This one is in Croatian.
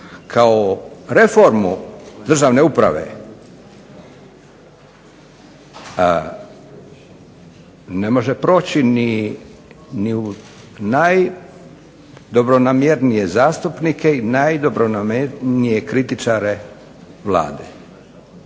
kao reformu državne uprave, ne može proći ni najdobronamjernije zastupnike i najdobronamjernije kritičare Vlade,